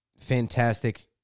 Fantastic